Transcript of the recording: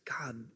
God